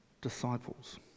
disciples